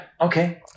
okay